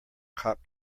cop